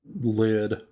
lid